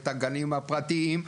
את הגנים הפרטיים,